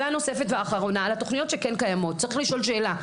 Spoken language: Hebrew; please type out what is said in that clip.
על התוכניות שכן קיימות צריך לשאול שאלה,